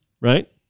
Right